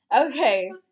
Okay